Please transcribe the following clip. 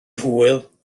hwyl